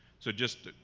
so just